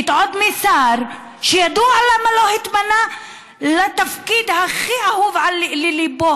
משר שידוע למה לא התמנה לתפקיד שהיה הכי אהוב על ליבו,